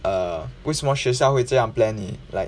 err 为什么学校会这样 plan it like